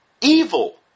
evil